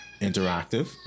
interactive